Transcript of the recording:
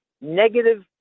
negative